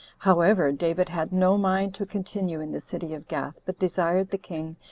however, david had no mind to continue in the city of gath, but desired the king,